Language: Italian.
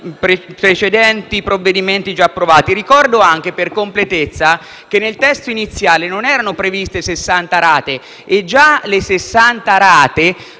precedenti provvedimenti già approvati. Ricordo anche, per completezza, che nel testo iniziale non erano previste 60 rate e già le 60 rate